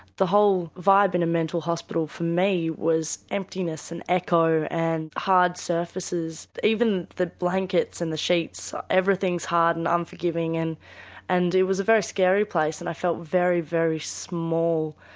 the whole vibe in a mental hospital for me was emptiness and echo and hard surfaces, even the blankets and the sheets, everything's hard and unforgiving and and it was a very scary place, and i felt very, very small.